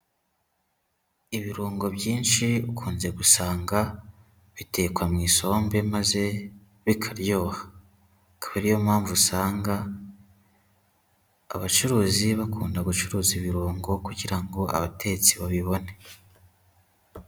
Ibirungo byinshi ukunze gusanga bitekwa mu isombe maze bikaryoha. Akaba ari yo mpamvu usanga abacuruzi bakunda gucuruza ibirungo kugira ngo abatetsi babibone.